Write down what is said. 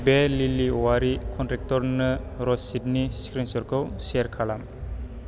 बे लिलि औवारि कनट्रेक्टरनो रसिदनि स्क्रिनस'टखौ सेयार खालाम